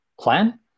plan